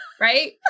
Right